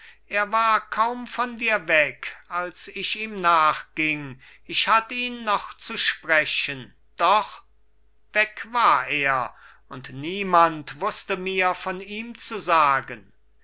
er war kaum von dir weg als ich ihm nachging ich hatt ihn noch zu sprechen doch weg war er und niemand wußte mir von ihm zu sagen